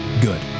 Good